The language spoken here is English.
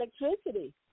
electricity